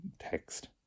text